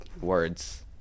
words